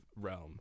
realm